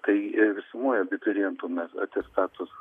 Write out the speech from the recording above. tai visumoj abiturientų mes atestatus